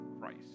Christ